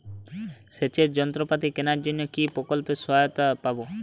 সেচের যন্ত্রপাতি কেনার জন্য কি প্রকল্পে সহায়তা পাব?